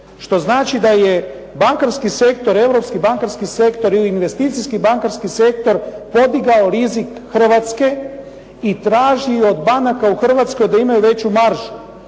što znači da je bankarski sektor, europski bankarski sektor ili investicijski bankarski sektor podigao rizik Hrvatske i traži od banaka u Hrvatskoj da imaju veću maržu.